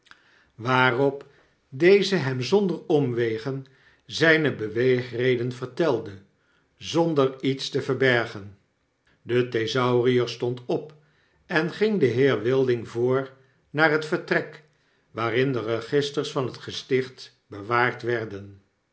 waarop deze hem zonder omwegen zijne beweegreden vertelde zonder iets te verbergen de thesaurier stond op en ging den heer wilding voor naar het vertrek waarin de registers van het gesticht bewaard werden